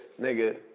Nigga